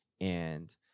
and-